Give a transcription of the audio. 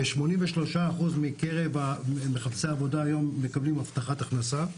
83% מקרב מחפשי העבודה מקבלים הבטחת הכנסה.